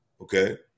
Okay